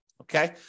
Okay